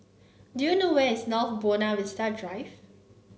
do you know where is North Buona Vista Drive